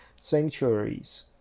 sanctuaries